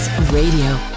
Radio